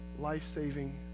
life-saving